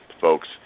folks